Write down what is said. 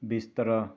ਬਿਸਤਰਾ